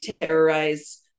terrorize